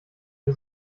mir